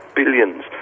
billions